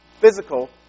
physical